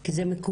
כי זה מקומם,